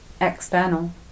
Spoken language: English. external